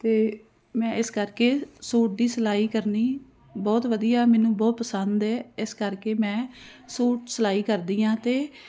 ਅਤੇ ਮੈਂ ਇਸ ਕਰਕੇ ਸੂਟ ਦੀ ਸਿਲਾਈ ਕਰਨੀ ਬਹੁਤ ਵਧੀਆ ਮੈਨੂੰ ਬਹੁਤ ਪਸੰਦ ਹੈ ਇਸ ਕਰਕੇ ਮੈਂ ਸੂਟ ਸਿਲਾਈ ਕਰਦੀ ਹਾਂ ਅਤੇ